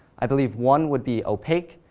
i believe one would be opaque,